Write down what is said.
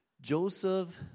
Joseph